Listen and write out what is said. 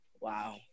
Wow